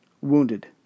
wounded